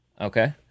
Okay